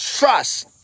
trust